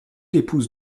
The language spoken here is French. l’épouse